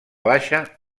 baixa